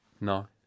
No